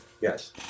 Yes